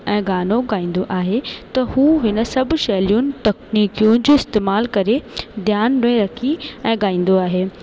ऐं गानो गाईंदो आहे त हू हिन सब शैलियुनि टकनीकियूं जो इस्तमाल करे ध्यान में रखी ऐं ॻाईंदो आहे